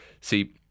See